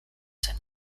zen